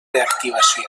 reactivació